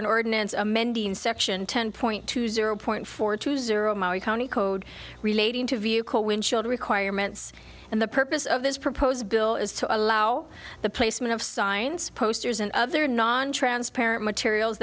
an ordinance amending section ten point two zero point four two zero maui county code relating to vehicle windshield requirements and the purpose of this proposed bill is to allow the placement of signs posters and other nontransparent materials